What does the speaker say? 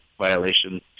violation